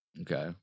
Okay